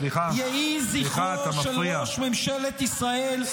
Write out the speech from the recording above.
יהי זכרו של ראש ממשלת ישראל -- סליחה,